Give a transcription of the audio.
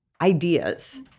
ideas